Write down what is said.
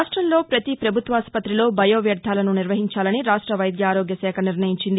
రాష్టంలో పతి పభుత్వాస్పతిలో బయో వ్యర్థాలను నిర్వహించాలని రాష్ట వైద్య ఆరోగ్యశాఖ నిర్ణయించింది